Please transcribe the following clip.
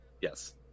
Yes